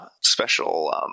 special